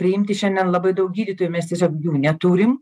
priimti šiandien labai daug gydytojų mes tiesiog jų neturim